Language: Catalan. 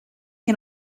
que